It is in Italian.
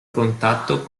contatto